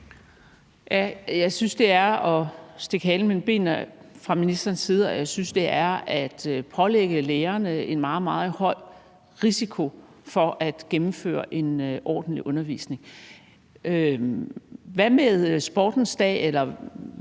jeg synes, det er at pålægge lærerne en meget, meget høj risiko i forbindelse med at gennemføre en ordentlig undervisning. Hvad med sportens dag